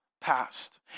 past